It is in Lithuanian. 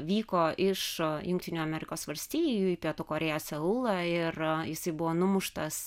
vyko iš jungtinių amerikos valstijų į pietų korėją seulą ir jisai buvo numuštas